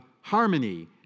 harmony